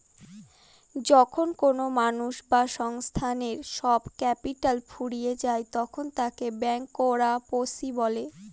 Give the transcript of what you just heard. যখন কোনো মানুষ বা সংস্থার সব ক্যাপিটাল ফুরিয়ে যায় তখন তাকে ব্যাংকরাপসি বলে